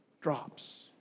drops